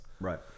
right